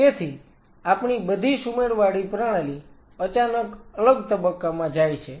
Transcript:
તેથી આપણી બધી સુમેળવાળી પ્રણાલી અચાનક અલગ તબક્કામાં જાય છે